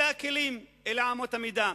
אלה הכלים, אלה אמות המידה,